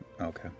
okay